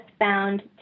found